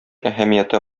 әһәмияте